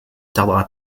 tardera